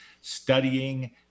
studying